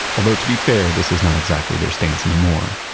although, to be fair, this is not exactly their stance anymore.